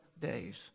days